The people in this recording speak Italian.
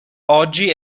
oggi